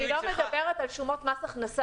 אני לא מדברת על שומות מס הכנסה.